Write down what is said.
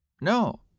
No